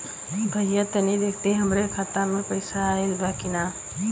भईया तनि देखती हमरे खाता मे पैसा आईल बा की ना?